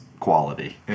quality